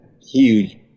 huge